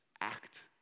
act